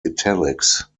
italics